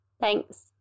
Thanks